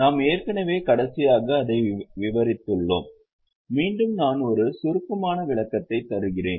நாம் ஏற்கனவே கடைசியாக அதை விவரித்துள்ளோம் மீண்டும் நான் ஒரு சுருக்கமான விளக்கத்தை தருகிறேன்